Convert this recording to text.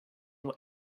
your